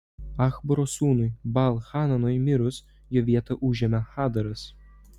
achboro sūnui baal hananui mirus jo vietą užėmė hadaras